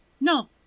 No